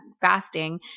fasting